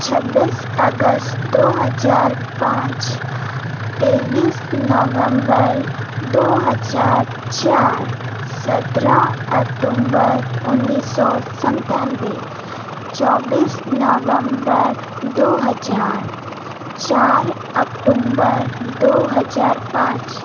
छब्बीस अगस्त दो हज़ार पाँच तेईस नवेम्बर दो हज़ार चार सत्रह अकटुम्बर उन्नीस सौ संतानवे चौबीस नवम्बर दो हज़ार चार अकटुम्बर दो हजार पाँच